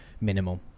minimal